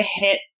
hit